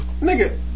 Nigga